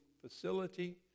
facility